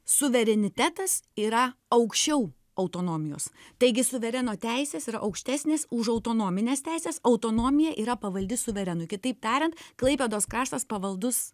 suverenitetas yra aukščiau autonomijos taigi suvereno teisės yra aukštesnės už autonomines teises autonomija yra pavaldi suverenui kitaip tariant klaipėdos kraštas pavaldus